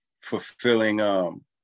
fulfilling